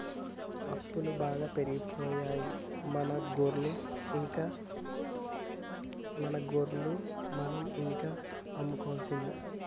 అప్పులు బాగా పెరిగిపోయాయి మన గొర్రెలు మనం ఇంకా అమ్ముకోవాల్సిందే